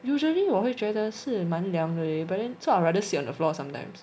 usually 我会觉得是蛮凉 leh but then so I'd rather sit on the floor sometimes